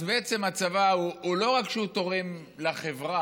אז בעצם הצבא, לא רק שהוא תורם לחברה,